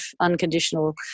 unconditional